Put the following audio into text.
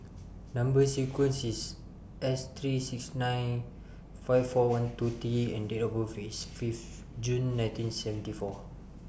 Number sequence IS S three six nine five four one two T and Date of birth IS Fifth June nineteen seventy four